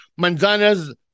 Manzana's